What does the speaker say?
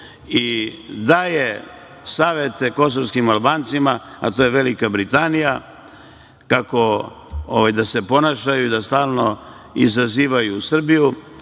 i daje savete kosovskim Albancima, a to je Velika Britanija, kako da se ponašaju i da stalno izazivaju Srbiju.